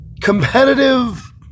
Competitive